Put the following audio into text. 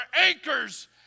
anchors